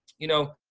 you know,